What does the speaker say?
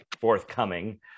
forthcoming